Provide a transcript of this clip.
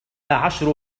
عشر